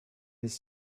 his